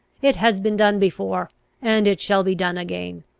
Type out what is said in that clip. it has been done before and it shall be done again.